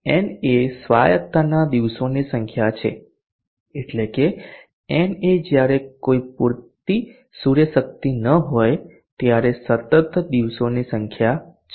na એ સ્વાયતતાના દિવસોની સંખ્યા છે એટલે કે na એ જયારે કોઈ પુરતી સૂર્ય શક્તિ ન હોય ત્યારે સતત દિવસોની સંખ્યા છે